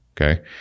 okay